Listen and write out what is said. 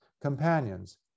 companions